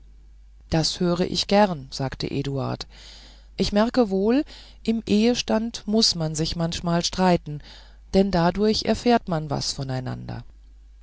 das hör ich gern sagte eduard ich merke wohl im ehestand muß man sich manchmal streiten denn dadurch erfährt man was voneinander